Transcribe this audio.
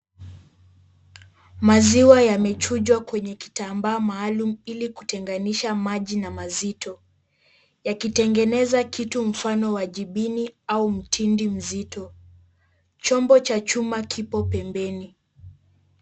Maziwa yamechujwa kwenye kitambaa maalum ili kutenganisha maji na mazito, yakitengeneza kitu mfano wa jibini au mtindi mzito. Chombo cha chuma kipo pembeni.